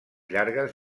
llargues